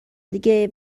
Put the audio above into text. دیگه